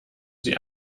sie